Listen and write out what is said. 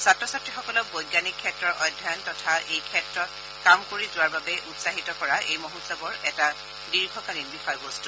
ছাত্ৰ ছাত্ৰীসকলক বৈজ্ঞানিক ক্ষেত্ৰৰ অধ্যয়ন তথা এই ক্ষেত্ৰত কাম কৰি যোৱাৰ বাবে উৎসাহিত কৰা এই মহোৎসৱৰ এটা দীৰ্ঘকালীন বিষয়বস্তু